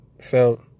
felt